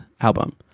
album